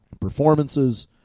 performances